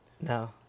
No